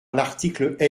l’article